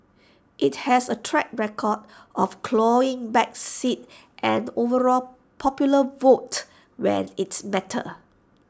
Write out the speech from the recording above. IT has A track record of clawing back seats and overall popular vote when IT mattered